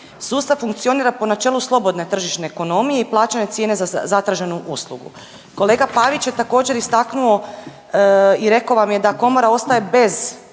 Sustav funkcionira po načelu slobodne tržišne ekonomije i plaćanja cijene za zatraženu uslugu. Kolega Pavić je također istaknuo i rekao vam je da komora ostaje bez,